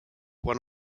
one